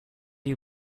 you